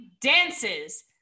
dances